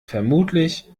vermutlich